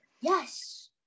Yes